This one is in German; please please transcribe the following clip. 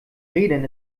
rädern